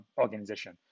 organization